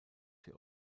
für